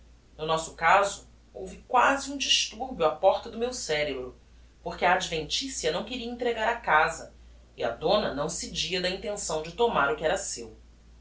no nosso caso houve quasi um disturbio á porta do meu cerebro porque a adventicia não queria entregar a casa e a dona não cedia da intenção de tomar o que era seu